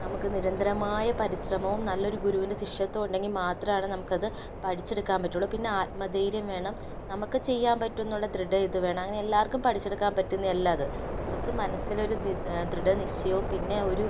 നമുക്ക് നിരന്തരമായ പരിശ്രമവും നല്ലൊരു ഗുരുവിൻ്റെ ശിഷ്യത്വവും ഉണ്ടെങ്കിൽ മാത്രമാണ് നമുക്കത് പഠിച്ചെടുക്കാൻ പറ്റുകയുള്ളു പിന്നെ ആത്മ ധൈര്യം വേണം നമുക്ക് ചെയ്യാൻ പറ്റുമെന്നുള്ള ദൃഢ ഇത് വേണം അങ്ങനെ എല്ലാവർക്കും പഠിച്ചെടുക്കാൻ പറ്റുന്നതല്ലത് നമുക്ക് മനസ്സിലൊരു ദി ദൃഢനിശ്ചയവും പിന്നെ ഒരു